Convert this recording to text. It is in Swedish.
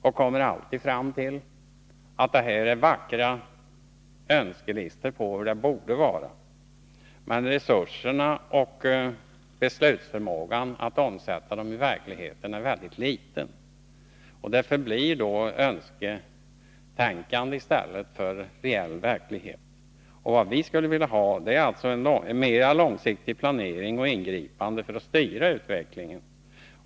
Jag kommer därvid alltid fram till att det är vackra önskelistor på hur det borde vara men att resurserna och beslutsförmågan att omsätta förslagen till verklighet är mycket liten. Det förblir ett önsketänkande i stället för reell verklighet. Vad vi skulle vilja ha är en mer långsiktig planering och ingripanden för att styra utvecklingen.